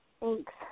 thanks